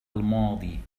الماضي